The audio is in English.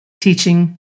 teaching